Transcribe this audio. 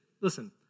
listen